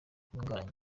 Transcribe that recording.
bitunguranye